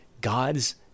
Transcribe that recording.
God's